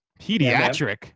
Pediatric